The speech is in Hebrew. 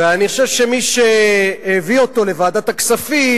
ואני חושב שמי שהביא אותו לוועדת הכספים,